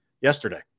yesterday